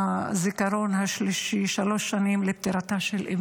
הזיכרון השלישי, שלוש שנים לפטירתה של אימי.